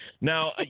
Now